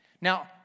Now